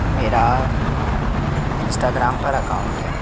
मेरा इंस्टाग्राम पर अकाउंट है